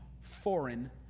foreign